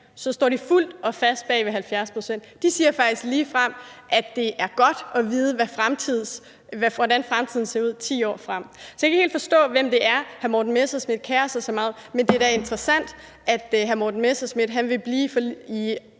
så står de fuldt og fast bag 70 pct. De siger faktisk ligefrem, at det er godt at vide, hvordan fremtiden ser ud 10 år frem. Så jeg kan ikke helt forstå, hvem det er, hr. Morten Messerschmidt kerer sig så meget om. Men det er da interessant, at hr. Morten Messerschmidt vil blive i